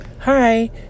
Hi